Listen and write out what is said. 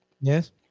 yes